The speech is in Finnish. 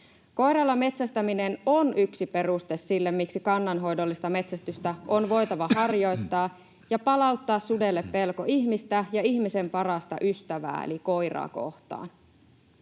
Koiralla metsästäminen on yksi peruste sille, miksi kannanhoidollista metsästystä on voitava harjoittaa ja palauttaa sudelle pelko ihmistä ja ihmisen parasta ystävää eli koiraa kohtaan.